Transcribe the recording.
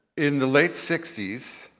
in the late sixty s.